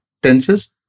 tenses